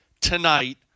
tonight